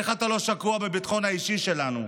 איך אתה לא שקוע בביטחון האישי שלנו?